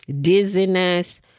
dizziness